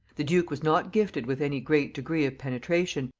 the duke was not gifted with any great degree of penetration,